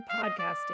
podcasting